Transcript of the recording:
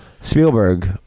Spielberg